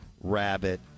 Rabbit